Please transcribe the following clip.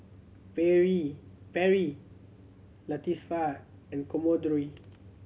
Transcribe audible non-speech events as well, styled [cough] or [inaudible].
[unintelligible] Perri Latifah and Commodore